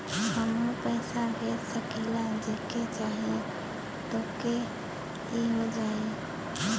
हमहू पैसा भेज सकीला जेके चाही तोके ई हो जाई?